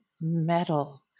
metal